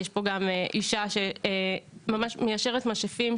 יש פה אישה שממש מיישרת משאפים,